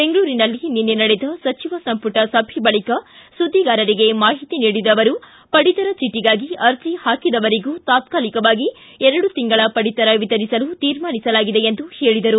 ಬೆಂಗಳೂರಿನಲ್ಲಿ ನಿನ್ನೆ ನಡೆದ ಸಚಿವ ಸಂಪುಟ ಸಭೆ ಬಳಿಕ ಸುಧ್ಧಿಗಾರರಿಗೆ ಮಾಹಿತಿ ನೀಡಿದ ಅವರು ಪಡಿತರ ಚೀಟಿಗಾಗಿ ಆರ್ಜಿ ಹಾಕಿದವರಿಗೂ ತಾತ್ನಾಲಿಕವಾಗಿ ಎರಡು ತಿಂಗಳ ಪಡಿತರ ವಿತರಿಸಲು ತೀರ್ಮಾನಿಸಲಾಗಿದೆ ಎಂದು ಹೇಳಿದರು